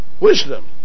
wisdom